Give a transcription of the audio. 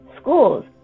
schools